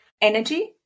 energy